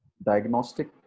Diagnostic